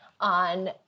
on